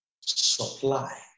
supply